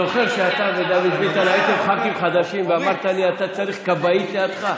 זוכר שאתה ודוד ביטן הייתם ח"כים חדשים ואמרת לי: אתה צריך כבאית לידך?